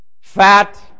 fat